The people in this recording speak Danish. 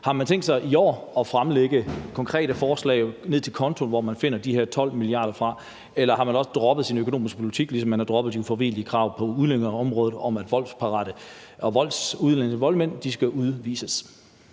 Har man tænkt sig i år at fremlægge konkrete forslag, altså helt ned til konto, hvor man finder de her 12 mia. kr. fra? Eller har man også droppet sin økonomiske politik, ligesom man har droppet de ufravigelige krav på udlændingeområdet om, at voldsparate og voldsmænd skal udvises?